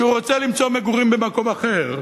שהוא רוצה למצוא מגורים במקום אחר.